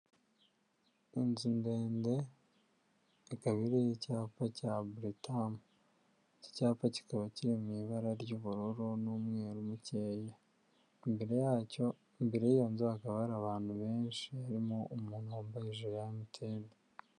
Inzu ndende hakaba hari icyapa cya biritamu cyapa kikaba kiri mu ibara ry'ubururu n'umweru mukeya imbere yacyo imbere y'iyo nzu hakaba hari abantu benshi harimo umuntu wambaye hejuru ijiri ya MTN.